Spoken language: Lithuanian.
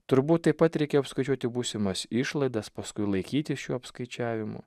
turbūt taip pat reikia apskaičiuoti būsimas išlaidas paskui laikytis šių apskaičiavimų